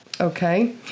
okay